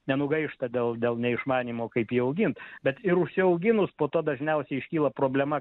nenugaišta dėl dėl neišmanymo kaip jį augint bet ir užsiauginus po to dažniausiai iškyla problema